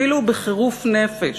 אפילו בחירוף נפש,